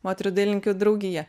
moterų dailininkių draugija